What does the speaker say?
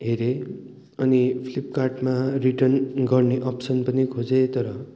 हेरे अनि फ्लिपकार्टमा रिटर्न गर्ने अप्सन पनि खोजेँ तर